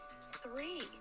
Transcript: three